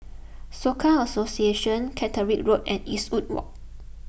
Soka Association Caterick Road and Eastwood Walk